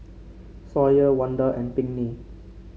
Sawyer Wanda and Pinkney